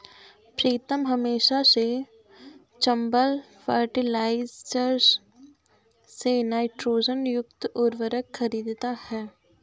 प्रीतम हमेशा से चंबल फर्टिलाइजर्स से नाइट्रोजन युक्त उर्वरक खरीदता हैं